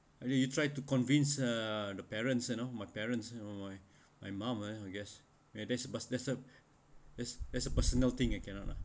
you you tried to convince uh the parents you know my parents you know my my mom uh I guess where there's a pers~ there's a there's there's a personal thing I cannot lah